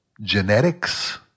genetics